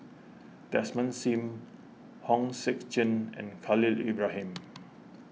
Desmond Sim Hong Sek Chern and Khalil Ibrahim